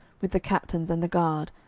with the captains and the guard,